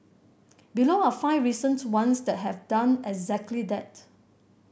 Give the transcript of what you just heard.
below are five recent ones that have done exactly that